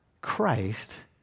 Christ